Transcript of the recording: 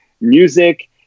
music